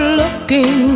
looking